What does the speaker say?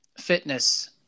fitness